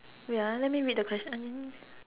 wait ah let me read the question I didn't